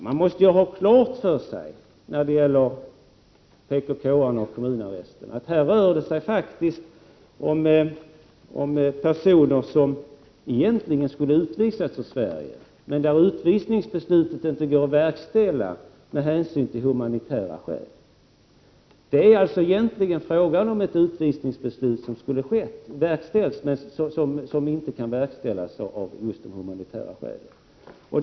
Man måste när det gäller PKK-arna och kommunarresten ha klart för sig att det här faktiskt rör sig om personer, som egentligen skulle ha utvisats ur Sverige men där utvisningsbeslutet av humanitära skäl inte går att verkställa. Det är alltså egentligen fråga om ett utvisningsbeslut, som inte kan verkställas just av humanitära skäl.